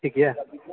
ठीक यऽ